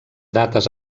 dates